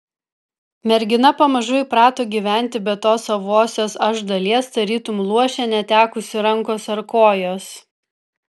mergina pamažu įprato gyventi be tos savosios aš dalies tarytum luošė netekusi rankos ar kojos